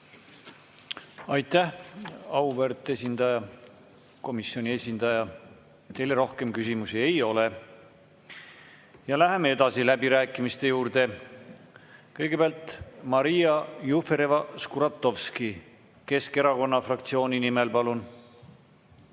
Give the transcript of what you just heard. Aitäh, auväärt komisjoni esindaja! Teile rohkem küsimusi ei ole. Läheme edasi läbirääkimiste juurde. Kõigepealt Maria Jufereva-Skuratovski Keskerakonna fraktsiooni nimel. Palun!